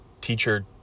teacher